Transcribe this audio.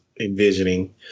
envisioning